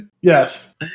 yes